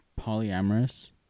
polyamorous